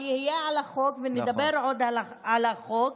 אבל יהיה על החוק, ונדבר עוד על החוק,